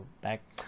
back